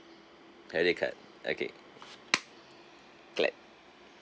credit card okay clap